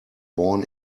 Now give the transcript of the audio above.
born